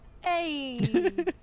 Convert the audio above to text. Hey